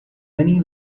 many